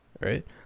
right